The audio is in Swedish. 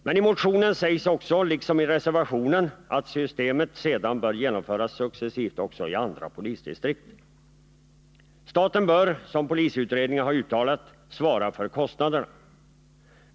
Men i motionen sägs också — liksom i reservationen — att systemet sedan successivt bör genomföras även i andra polisdistrikt. Staten bör, som polisutredningen har uttalat, svara för kostnaderna.